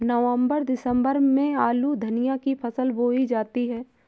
नवम्बर दिसम्बर में आलू धनिया की फसल बोई जाती है?